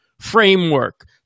framework